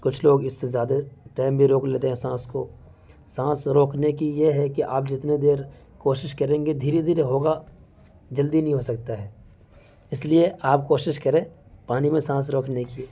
کچھ لوگ اس سے زیادہ ٹائم بھی روک لیتے ہیں سانس کو سانس روکنے کی یہ ہے کہ آپ جتنے دیر کوشش کریں گے دھیرے دھیرے ہوگا جلدی نہیں ہو سکتا ہے اس لیے آپ کوشش کرے پانی میں سانس روکنے کی